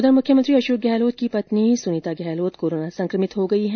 इधर मुख्यमंत्री अशोक गहलोत की पत्नी सुनीता गहलोत कोरोना संकमित हो गई है